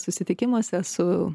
susitikimuose su